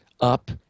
up